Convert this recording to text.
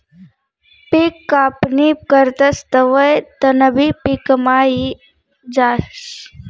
पिक कापणी करतस तवंय तणबी पिकमा यी जास